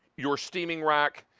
your steaming rack,